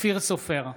אופיר סופר,